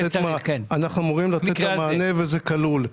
אנחנו אמורים לתת גם מענה וזה כלול.